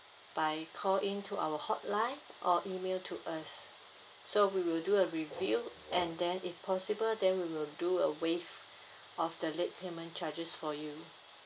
by call in to our hotline or email to us so we will do a review and then if possible then we will do a waive of the late payment charges for you